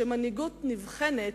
שמנהיגות נבחנת,